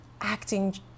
acting